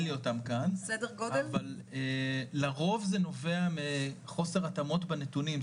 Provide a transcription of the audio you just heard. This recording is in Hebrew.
אבל לרוב זה נובע מחוסר התאמה בנתונים.